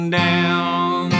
down